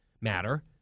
matter